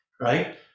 right